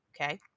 okay